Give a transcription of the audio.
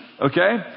okay